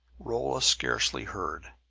rolla scarcely heard.